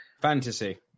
Fantasy